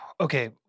Okay